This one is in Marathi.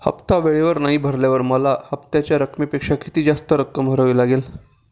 हफ्ता वेळेवर नाही भरल्यावर मला हप्त्याच्या रकमेपेक्षा किती जास्त रक्कम भरावी लागेल?